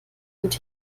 und